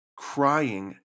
Crying